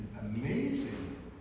amazing